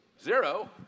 zero